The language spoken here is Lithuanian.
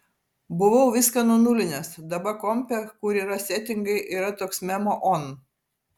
buvau viską nunulinęs daba kompe kur yra setingai yra toks memo on